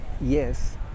yes